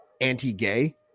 anti-gay